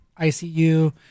icu